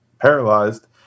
Paralyzed